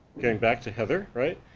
going back to heather, right,